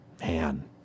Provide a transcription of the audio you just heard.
Man